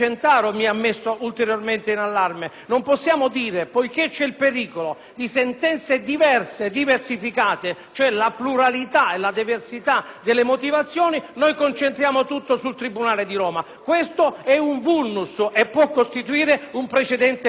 di sentenze diverse e diversificate (ovvero la pluralità e la diversità delle motivazioni), concentriamo tutto sul tribunale di Roma. Questo è un *vulnus* e può costituire un precedente gravissimo. Inoltre, non posso accettare la riduzione dalle quattro